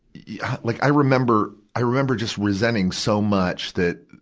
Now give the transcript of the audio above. yeah like i remember, i remember just resenting so much that,